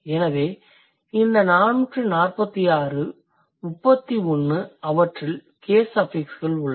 எனவே இந்த 446 31 அவற்றில் கேஸ் அஃபிக்ஸ்கள் உள்ளன